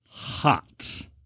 hot